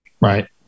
Right